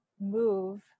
move